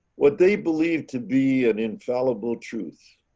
what they believe to be an infallible truth.